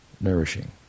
nourishing